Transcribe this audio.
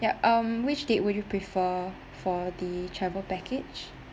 ya um which date would you prefer for the travel package